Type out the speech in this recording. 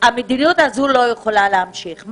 המדיניות הזאת לא יכולה להמשיך.